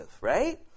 right